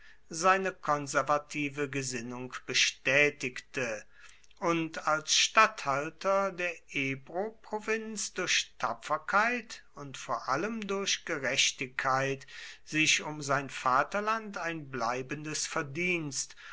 seine konservative gesinnung betätigte und als statthalter der ebroprovinz durch tapferkeit und vor allem durch gerechtigkeit sich um sein vaterland ein bleibendes verdienst